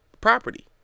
property